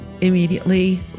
immediately